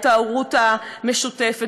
את ההורות המשותפת.